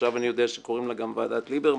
עכשיו אני יודע שקוראים לה גם ועדת ליברמן,